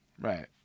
Right